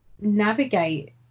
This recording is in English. navigate